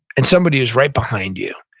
and somebody is right behind you,